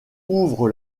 ouvre